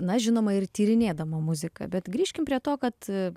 na žinoma ir tyrinėdama muziką bet grįžkim prie to kad